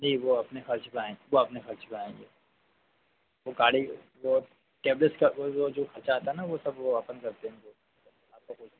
जी वह अपने खर्च पर आएँगे वह अपने खर्च पर आएँगे वह गाड़ी वह टैबलेस का वही वह जो खर्चा आता है ना वह सब वह अपन कर देंगे आपका कोई